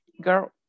girl